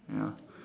ya